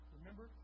Remember